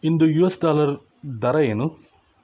ಇಂದು U S dollar ದರ ಏನು